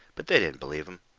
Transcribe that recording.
but they didn't believe him.